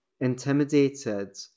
intimidated